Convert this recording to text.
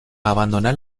abandonar